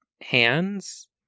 hands